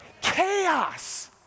Chaos